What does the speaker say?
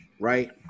right